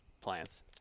plants